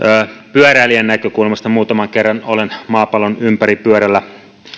pyöräilijän näkökulmasta muutaman kerran olen maapallon ympäri pyörällä